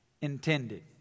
intended